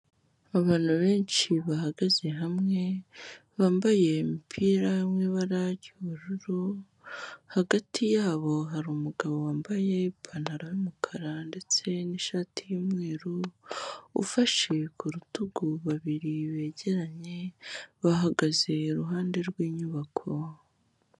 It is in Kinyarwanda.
Abantu benshi bahagaze hamwe bambaye imipira yo mu ibara ry'ubururu. Hagati yabo hari umugabo wambaye ipantaro y'umukara ndetse n'ishati y'umweru, ufashe ku rutugu babiri begeranye bahagaze iruhande rw'inyubako.